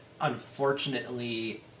unfortunately